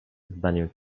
zdaniem